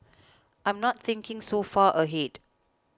I'm not thinking so far ahead